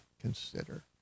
consider